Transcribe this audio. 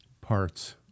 parts